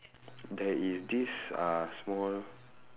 there is this uh small